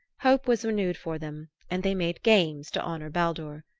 hope was renewed for them and they made games to honor baldur.